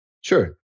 Sure